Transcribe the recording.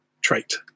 trait